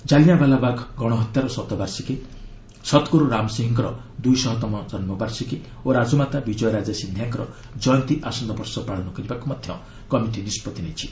ଜାଲିଆଁବାଲା ବାଗ ଗଣହତ୍ୟାର ଶତବାର୍ଷିକୀ ସତ୍ଗୁରୁ ରାମ ସିଂହଙ୍କର ଦୁଇଶହତମ ଜନ୍ମ ବାର୍ଷିକୀ ଓ ରାଜମାତା ବିଜୟାରାଜେ ସିନ୍ଧିଆଙ୍କର ଜୟନ୍ତୀ ଆସନ୍ତା ବର୍ଷ ପାଳନ କରିବାକୁ ମଧ୍ୟ କମିଟି ନିଷ୍କଭି ନେଇଛି